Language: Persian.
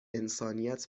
انسانیت